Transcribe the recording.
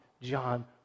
John